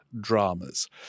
dramas